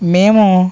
మేము